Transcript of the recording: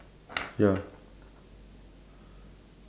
ya